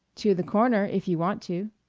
to the corner, if you want to.